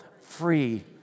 Free